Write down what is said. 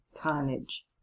carnage